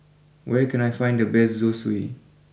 where can I find the best Zosui